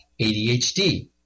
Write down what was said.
ADHD